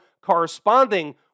corresponding